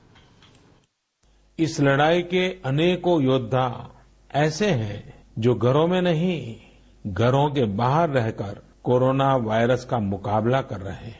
bite इस लड़ाई के अनेकों योद्वा ऐसे हैं जो घरों में नहीं घरों के बाहर रहकर कोरोना वायरस का मुकाबला कर रहे हैं